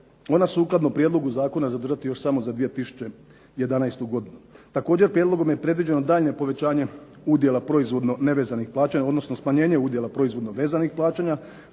ona sukladno prijedlogu zakona zadržati još samo za 2011. godinu. Također, prijedlogom je predviđeno daljnje povećanje udjela proizvodno nevezanih plaćanja, odnosno smanjenje udjela proizvodno vezanih plaćanja